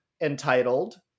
entitled